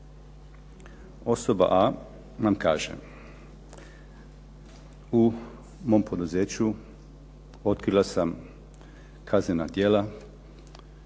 Osoba A nam kaže. U mom poduzeću otkrila sam kaznena djela